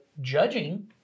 judging